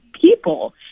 people